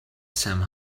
some